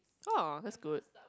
oh that's good